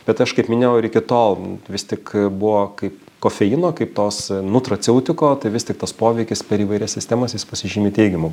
bet aš kaip minėjau ir iki tol vis tik buvo kaip kofeino kaip tos nutraceutiko tai vis tik tas poveikis per įvairias sistemas jis pasižymi teigiamu